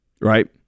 Right